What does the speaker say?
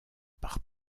par